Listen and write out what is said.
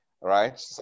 right